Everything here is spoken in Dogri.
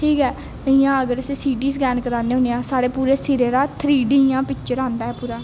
ठीक ऐ इ'यां अगर अस सिटी स्कैन करान्ने होन्ने आं साढ़े पूरे सिरे दा थ्री डी इ'यां पिक्चर आंदा ऐ पूरा